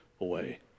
away